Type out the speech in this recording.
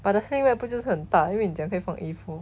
but the sling bag 不就是很大因为你讲可以放 A four